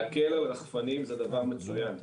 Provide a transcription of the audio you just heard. להקל על רחפנים זה דבר מצוין.